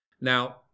now